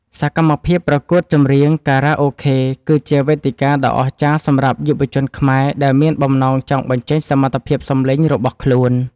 សកម្មភាពប្រកួតចម្រៀងចខារ៉ាអូខេគឺជាវេទិកាដ៏អស្ចារ្យសម្រាប់យុវជនខ្មែរដែលមានបំណងចង់បញ្ចេញសមត្ថភាពសម្លេងរបស់ខ្លួន។